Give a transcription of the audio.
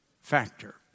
factor